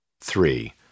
Three